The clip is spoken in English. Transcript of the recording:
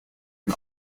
can